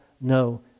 no